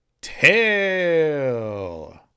TAIL